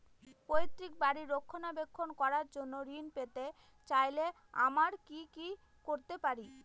পৈত্রিক বাড়ির রক্ষণাবেক্ষণ করার জন্য ঋণ পেতে চাইলে আমায় কি কী করতে পারি?